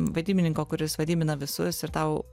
vadybininko kuris vadybina visus ir tau